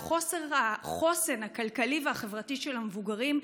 על חוסר החוסן הכלכלי והחברתי של המבוגרים,